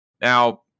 Now